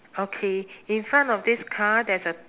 okay in front of this car there's a